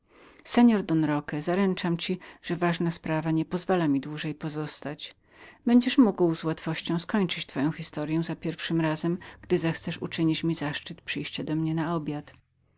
seor don roque zaręczam ci że ważna sprawa nie pozwala mi dłużej pozostać sądzę przeto że będziesz mógł z wszelką łatwością skończyć twoją historyę za pierwszym razem gdy zechcesz uczynić mi zaszczyt przyjścia do mnie na obiad